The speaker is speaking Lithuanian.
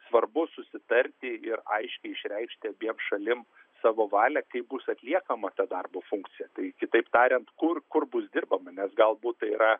svarbu susitarti ir aiškiai išreikšti abiem šalim savo valią kaip bus atliekama darbo funkcija tai kitaip tariant kur kur bus dirbama nes galbūt tai yra